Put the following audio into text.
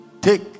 take